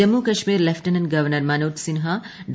Jammu Kashmir lieutenant governor Manoj Sinha Dr